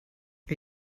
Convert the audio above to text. are